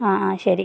ആ ആ ശരി